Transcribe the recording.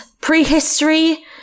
Prehistory